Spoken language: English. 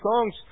songs